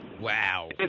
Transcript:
Wow